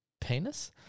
penis